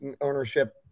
ownership